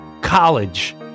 college